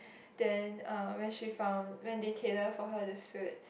then uh when she found when they tailor for her the suit